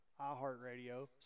iHeartRadio